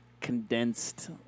condensed